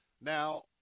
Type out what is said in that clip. Now